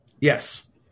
Yes